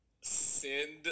Send